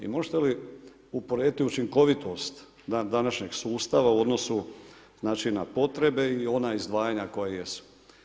I možete li uporediti učinkovitost današnjeg sustava u odnosu, znači na potrebe i ona izdvajanja koja jesu.